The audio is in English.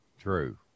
True